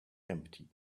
empty